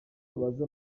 ubaze